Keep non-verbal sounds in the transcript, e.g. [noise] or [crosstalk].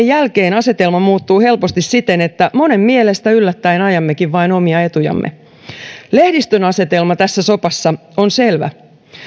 [unintelligible] jälkeen asetelma muuttuu helposti siten että monen mielestä yllättäen ajammekin vain omia etujamme lehdistön asetelma tässä sopassa on selvä